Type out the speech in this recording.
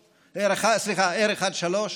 1.3,